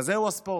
כזה הוא הספורט.